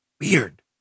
Weird